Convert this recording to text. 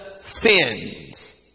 sins